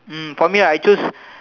um for me right I choose